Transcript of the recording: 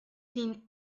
seen